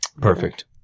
Perfect